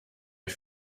ich